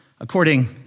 according